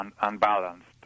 unbalanced